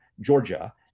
Georgia